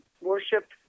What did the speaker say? worship